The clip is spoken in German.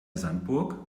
sandburg